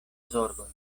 zorgoj